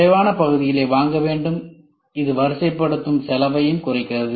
குறைவான பகுதிகளை வாங்க வேண்டும் இது வரிசைப்படுத்தும் செலவையும் குறைக்கிறது